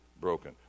broken